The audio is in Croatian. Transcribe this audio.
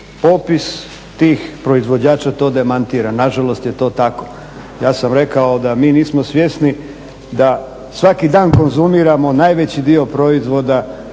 popis tih proizvođača to demantira. Nažalost je to tako. Ja sam rekao da mi nismo svjesni da svaki dan konzumiramo najveći dio proizvoda